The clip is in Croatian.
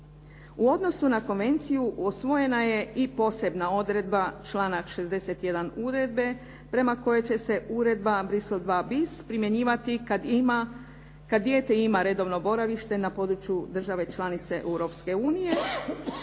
U odnosu na konvenciju usvojena je i posebna odredba članak 61. uredbe prema kojoj će se Uredba Bruxselles II bis primjenjivati kad dijete ima redovno boravište na području države članice